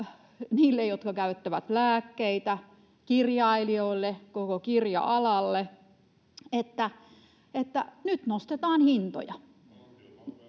niille, jotka käyttävät lääkkeitä, kirjailijoille ja koko kirja-alalle, että nyt nostetaan hintoja.